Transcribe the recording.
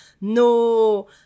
no